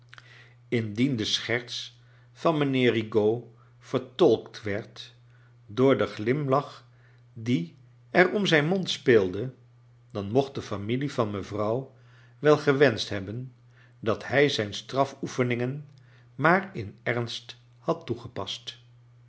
de scherts van mijnheer rigaud vertolkt werd door den glimlacb die er om zijn mond speelde dan mocht de familie van mevrouw wel gewenscht hebben dat hij zijn strafoefeningen maar in ernst had toegepast